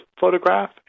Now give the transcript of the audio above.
photograph